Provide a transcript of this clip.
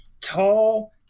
tall